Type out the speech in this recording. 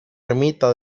ermita